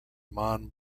mann